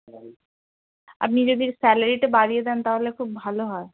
আপনি যদি স্যালারিটা বাড়িয়ে দেন তাহলে খুব ভালো হয়